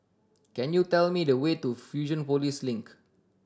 can you tell me the way to Fusionopolis Link